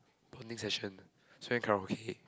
bonding session ah so went karaoke